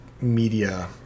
media